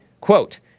quote